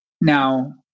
now